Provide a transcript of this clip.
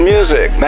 Music